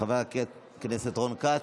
חבר הכנסת רון כץ,